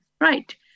Right